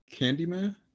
Candyman